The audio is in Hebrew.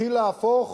התחיל להפוך